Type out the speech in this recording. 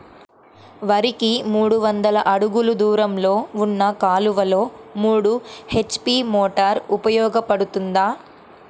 వరికి మూడు వందల అడుగులు దూరంలో ఉన్న కాలువలో మూడు హెచ్.పీ మోటార్ ఉపయోగపడుతుందా?